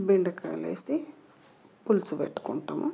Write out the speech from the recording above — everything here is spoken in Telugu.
బెండకాయలు వేసి పులుసు పెట్టుకుంటాము